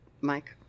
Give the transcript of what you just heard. Mike